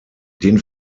den